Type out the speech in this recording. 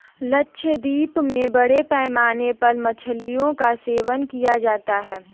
लक्षद्वीप में बड़े पैमाने पर मछलियों का सेवन किया जाता है